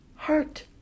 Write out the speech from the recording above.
Heart